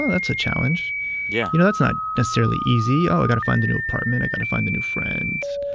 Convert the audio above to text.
that's a challenge yeah you know, that's not necessarily easy. oh, i've ah got to find a new apartment. i've got to find a new friend.